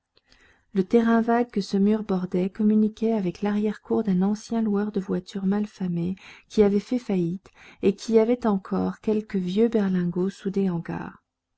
le terrain vague que ce mur bordait communiquait avec larrière cour d'un ancien loueur de voitures mal famé qui avait fait faillite et qui avait encore quelques vieux berlingots sous des